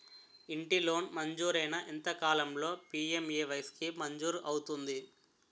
ఇంటి లోన్ మంజూరైన ఎంత కాలంలో పి.ఎం.ఎ.వై స్కీమ్ మంజూరు అవుతుంది?